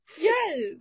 Yes